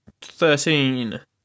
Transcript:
thirteen